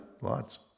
Lots